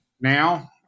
now